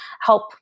help